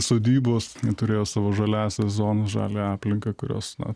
sodybos turėjo savo žaliąsias zonas žalią aplinką kurios nori